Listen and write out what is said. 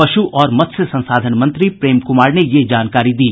पश् और मत्स्य संसाधन मंत्री प्रेम कुमार ने यह जानकारी दी